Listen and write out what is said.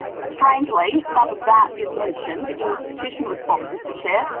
strangely, none of that is mentioned in this petition response, mr chair,